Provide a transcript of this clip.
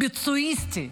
ביצועיסטי.